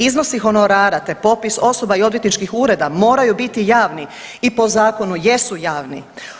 Iznosi honorara te popis osoba i odvjetničkih ureda moraju biti javni i po zakonu jesu javni.